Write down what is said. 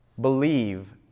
Believe